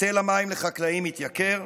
היטל המים לחקלאים התייקר,